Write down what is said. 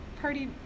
party